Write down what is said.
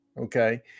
okay